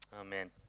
amen